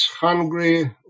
hungry